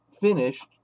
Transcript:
finished